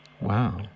Wow